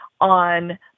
on